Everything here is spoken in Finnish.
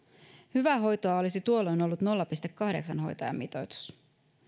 hyvää hoitoa olisi tuolloin ollut nolla pilkku kahdeksan hoitajan mitoitus